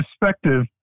perspective